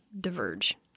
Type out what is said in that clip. diverge